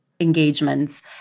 engagements